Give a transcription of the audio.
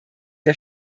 der